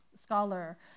scholar